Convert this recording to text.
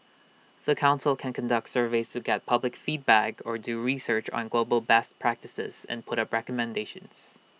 the Council can conduct surveys to get public feedback or do research on global best practices and put up recommendations